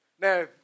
Now